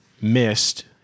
missed